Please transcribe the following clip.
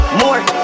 more